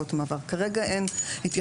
החברה הלאומית לתשתיות תחבורה,